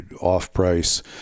off-price